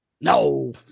No